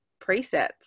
presets